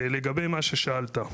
לגבי מה ששאלת,